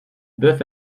bœuf